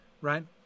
right